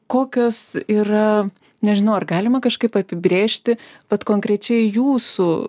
kokios yra nežinau ar galima kažkaip apibrėžti vat konkrečiai jūsų